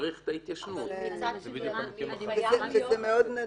וזה מאוד נדיר.